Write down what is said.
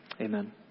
Amen